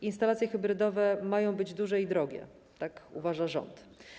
Instalacje hybrydowe mają być duże i drogie - tak uważa rząd.